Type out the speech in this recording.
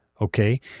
okay